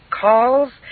calls